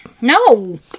No